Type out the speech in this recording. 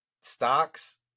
stocks